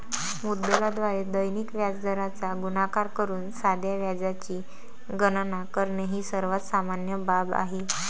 मुद्दलाद्वारे दैनिक व्याजदराचा गुणाकार करून साध्या व्याजाची गणना करणे ही सर्वात सामान्य बाब आहे